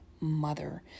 mother